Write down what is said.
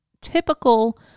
typical